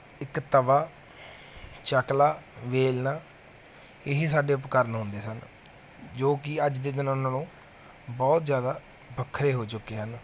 ਇੱਕ ਤਵਾ ਚੱਕਲਾ ਵੇਲਣਾ ਇਹੀ ਸਾਡੇ ਉਪਕਰਨ ਹੁੰਦੇ ਸਨ ਜੋ ਕਿ ਅੱਜ ਦੇ ਦਿਨਾਂ ਨਾਲੋਂ ਬਹੁਤ ਜ਼ਿਆਦਾ ਵੱਖਰੇ ਹੋ ਚੁੱਕੇ ਹਨ